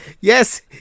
Yes